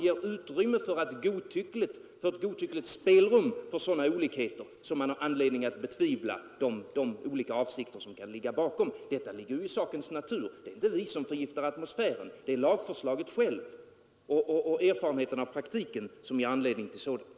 Det är genom att lagen ger godtyckligt spelrum för sådana olikheter som man har anledning att betvivla de olika avsikter som kan ligga bakom. Det ligger i sakens natur. Det är inte vi som förgiftar atmosfären. Det är lagförslaget självt och praktiska erfarenheter som ger anledning till sådant.